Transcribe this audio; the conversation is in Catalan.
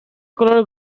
color